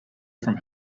from